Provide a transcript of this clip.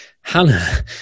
Hannah